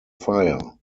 fire